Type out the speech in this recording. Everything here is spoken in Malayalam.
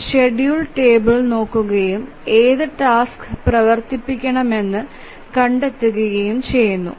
ഇത് ഷെഡ്യൂൾ ടേബിൾ നോക്കുകയും ഏത് ടാസ്ക് പ്രവർത്തിപ്പിക്കണമെന്ന് കണ്ടെത്തുകയും ചെയ്യുന്നു